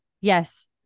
yes